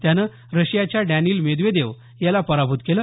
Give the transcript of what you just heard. त्यानं रशियाच्या Daniil Medvedev याला पराभूत केलं